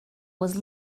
was